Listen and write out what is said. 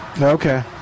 Okay